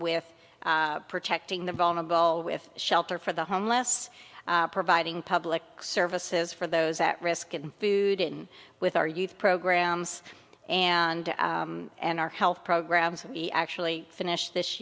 th protecting the vulnerable with shelter for the homeless providing public services for those at risk and food and with our youth programs and and our health programs we actually finished this